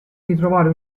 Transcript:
ritrovare